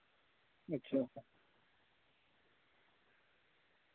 अच्छा